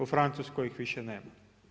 U Francuskoj ih više nema.